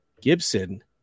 Gibson